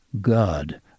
God